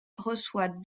reçoit